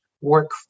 work